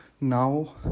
now